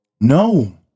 no